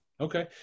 Okay